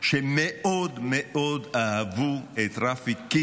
אמר לי שמאוד מאוד אהבו את רפי,